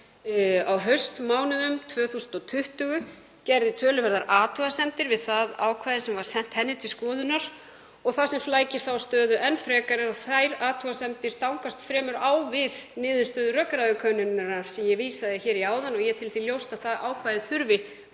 á haustmánuðum 2020, gerði töluverðar athugasemdir við það ákvæði sem sent var henni til skoðunar. Og það sem flækir þá stöðu enn frekar eru að þær athugasemdir stangast fremur á við niðurstöður rökræðukönnunar sem ég vísaði í áðan. Ég tel því ljóst að það ákvæði þurfi